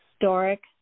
historic